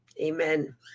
Amen